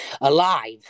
alive